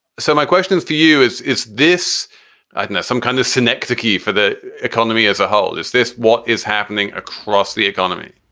so my question for you, is is this some kind of cinecitta key for the economy as a whole? is this what is happening across the economy?